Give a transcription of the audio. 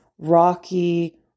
rocky